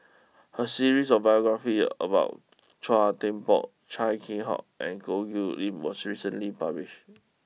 a series of biographies about Chua Thian Poh Chia Keng Hock and Goh Chiew Lye was recently published